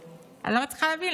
אז אני לא מצליחה להבין.